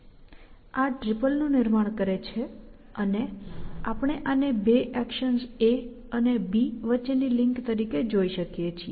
આ ત્રિપલનું નિર્માણ કરે છે અને આપણે આને બે એક્શન્સ a અને b વચ્ચેની લિંક તરીકે જોઈ શકીએ છીએ